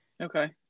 Okay